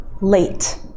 late